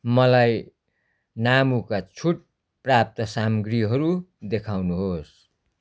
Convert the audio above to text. मलाई नामुका छुटप्राप्त सामग्रीहरू देखाउनुहोस्